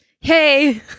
Hey